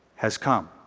has come.